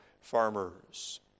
farmers